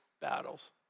battles